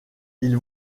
ils